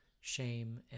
shame